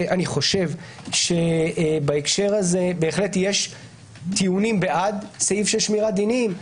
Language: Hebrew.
יש טיעונים בהקשר הזה בעד סעיף שמירת דינים,